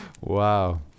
Wow